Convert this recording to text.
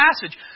passage